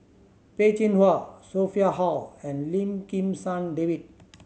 Peh Chin Hua Sophia Hull and Lim Kim San David